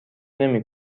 نمی